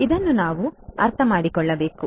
ಇದನ್ನು ನಾವು ಅರ್ಥಮಾಡಿಕೊಳ್ಳಬೇಕು